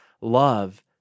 love